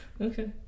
Okay